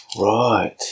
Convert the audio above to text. Right